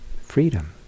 freedom